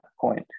point